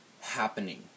happening